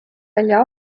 välja